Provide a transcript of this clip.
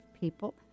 people